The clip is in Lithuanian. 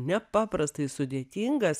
nepaprastai sudėtingas